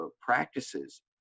practices